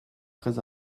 très